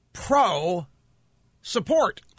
pro-support